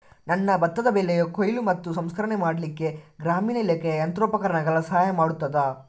ನನ್ನ ಭತ್ತದ ಬೆಳೆಯ ಕೊಯ್ಲು ಮತ್ತು ಸಂಸ್ಕರಣೆ ಮಾಡಲಿಕ್ಕೆ ಗ್ರಾಮೀಣ ಇಲಾಖೆಯು ಯಂತ್ರೋಪಕರಣಗಳ ಸಹಾಯ ಮಾಡುತ್ತದಾ?